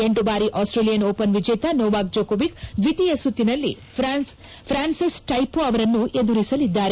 ಎಂಟು ಬಾರಿ Australian Open ವಿಜೇತ ನೊವಾಕ್ ಜೊಕೊವಿಕ್ ದ್ವಿತೀಯ ಸುತ್ತಿನಲ್ಲಿ ಪ್ರಾನ್ಸೆಸ್ ಟೈಪೋ ಅವರನ್ನು ಎದುರಿಸಲಿದ್ದಾರೆ